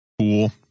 cool